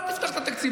אל תפתחו את התקציב,